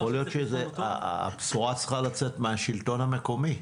יכול להיות שהבשורה צריכה לצאת מהשלטון המקומי.